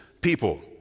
people